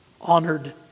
Honored